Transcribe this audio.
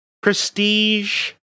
Prestige